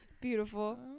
Beautiful